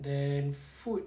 then food